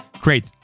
Great